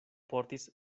portis